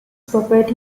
property